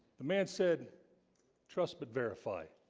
the man said trust, but verify